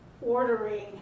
ordering